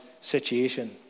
situation